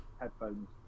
headphones